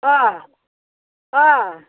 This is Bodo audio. अह अह